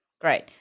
great